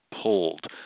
pulled